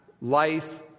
life